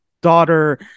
daughter